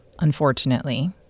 unfortunately